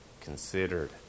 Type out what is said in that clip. considered